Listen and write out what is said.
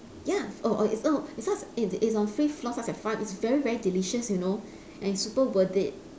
ya oh oh it's oh it starts it it's on fifth floor starts at five it's very very delicious you know and it's super worth it